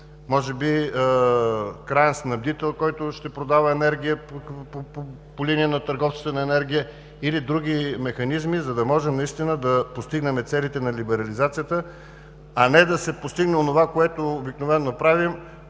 може би краен снабдител, който ще продава енергия по линия на търговците на енергия, или други механизми, за да можем да постигнем целите на либерализацията, а не да се постигне онова, което обикновено правим